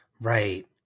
Right